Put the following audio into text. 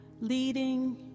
leading